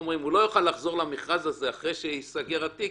לחזור למכרז הזה אחרי שייסגר התיק,